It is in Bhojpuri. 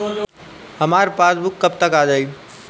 हमार पासबूक कब तक आ जाई?